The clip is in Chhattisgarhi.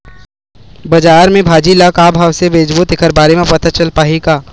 बजार में भाजी ल का भाव से बेचबो तेखर बारे में पता चल पाही का?